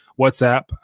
WhatsApp